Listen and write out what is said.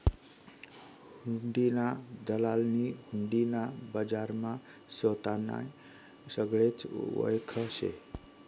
हुंडीना दलालनी हुंडी ना बजारमा सोतानी येगळीच वयख शे